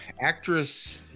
actress